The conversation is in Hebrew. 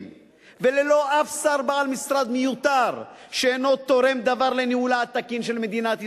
וללא אף שר בעל משרד מיותר שאינו תורם דבר לניהולה התקין של מדינת ישראל.